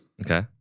Okay